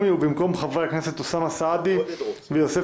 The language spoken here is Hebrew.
ובמקום חברי הכנסת אוסאמה סעדי ויוסף